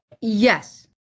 Yes